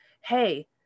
Hey